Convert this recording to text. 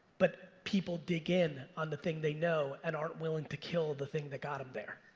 but people dig in on the thing they know and aren't willing to kill the thing that got em there.